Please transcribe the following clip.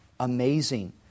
Amazing